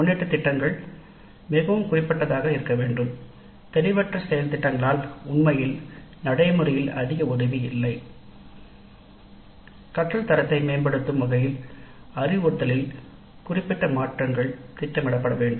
முன்னேற்ற திட்டங்கள் மிகவும் குறிப்பிட்டதாக இருக்க வேண்டும் தெளிவற்ற செயல் திட்டங்களால் உண்மையில் நடைமுறையில் அதிக உதவி இல்லை கற்றல் தரத்தை மேம்படுத்தும் வகையில் அறிவுறுத்தலில் குறிப்பிட்ட மாற்றங்கள் திட்டமிடப்பட வேண்டும்